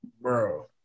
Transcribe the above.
Bro